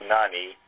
Nani